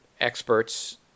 experts